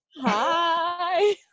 Hi